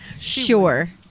Sure